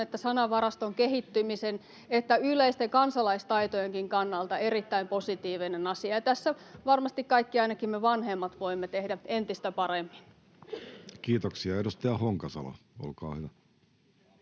että sanavaraston kehittymisen että yleisten kansalaistaitojenkin kannalta erittäin positiivinen asia. Tässä varmasti kaikki, ainakin me vanhemmat, voimme tehdä entistä paremmin. Kiitoksia. — Edustaja Honkasalo, olkaa hyvä.